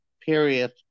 period